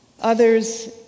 others